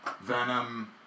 Venom